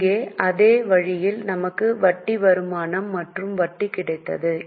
இங்கே அதே வழியில் நமக்கு வட்டி வருமானம் மற்றும் வட்டி கிடைத்தது